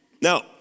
Now